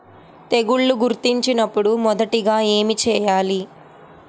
తెగుళ్లు గుర్తించినపుడు మొదటిగా ఏమి చేయాలి?